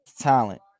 talent